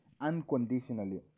unconditionally